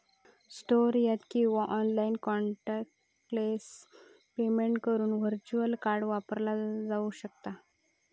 store यात किंवा online contactless payment करुक व्हर्च्युअल कार्ड वापरला जाऊ शकता